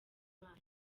umwana